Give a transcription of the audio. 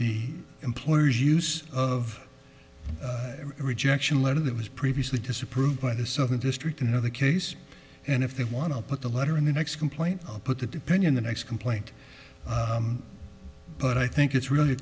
the employer's use of rejection letter that was previously disapproved by the southern district in another case and if they want to put the letter in the next complaint i'll put the depend on the next complaint but i think it's really a